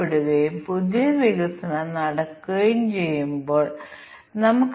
അതിനാൽ ടെസ്റ്റ് കേസുകൾ സൃഷ്ടിക്കുന്നതിനുള്ള ഒരു മാനുവൽ അൽഗോരിതം ആണ് ഇത്